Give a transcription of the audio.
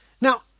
Now